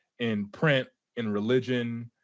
in print, in religion,